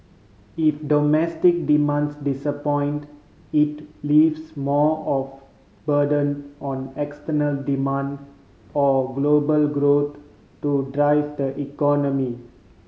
if domestic demands disappoint it leaves more of burden on external demand or global growth to drive the economy